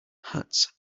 hats